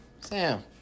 Sam